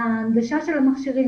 בהנגשת המכשירים,